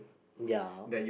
ya